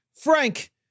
Frank